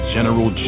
General